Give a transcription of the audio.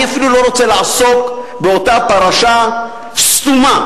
אני אפילו לא רוצה לעסוק באותה פרשה סתומה,